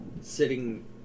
sitting